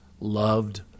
loved